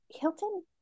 Hilton